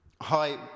Hi